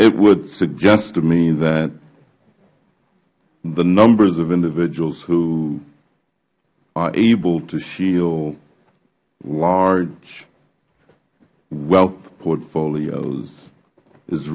it would suggest to me that the numbers of individuals who are able to shield large wealth portfolios is